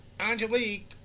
Angelique